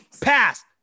Pass